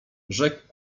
rzekł